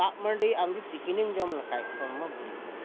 ᱫᱟᱜ ᱢᱟᱹᱰᱤ ᱟᱢ ᱡᱩᱫᱤ ᱛᱤᱠᱤᱱᱤᱢ ᱡᱚᱢ ᱞᱮᱠᱷᱟᱱ ᱦᱚᱲᱢᱚ ᱵᱟᱹᱲᱤᱡᱚᱜᱼᱟ